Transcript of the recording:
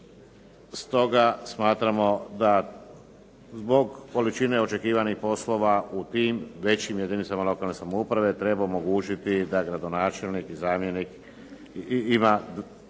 Stoga smatramo da zbog količine očekivanih poslova u tim većim jedinicama lokalne samouprave treba omogućiti da gradonačelnik ima dva zamjenika